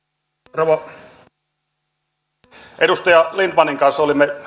rouva puhemies edustaja lindtmanin kanssa olimme